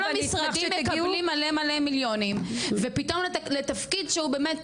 כל המשרדים מקבלים מלא מלא מיליונים ופתאום לתפקיד שהוא באמת,